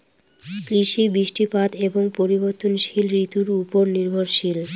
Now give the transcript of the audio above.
কৃষি বৃষ্টিপাত এবং পরিবর্তনশীল ঋতুর উপর নির্ভরশীল